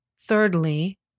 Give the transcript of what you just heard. Thirdly